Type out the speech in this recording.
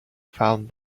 found